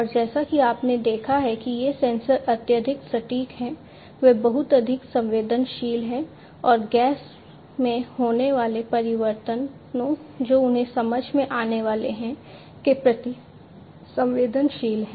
और जैसा कि आपने देखा है कि ये सेंसर अत्यधिक सटीक हैं वे बहुत अधिक संवेदनशील हैं और गैस में होने वाले परिवर्तनों जो उन्हें समझ में आने वाले हैं के प्रति संवेदनशील हैं